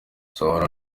nzahora